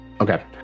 Okay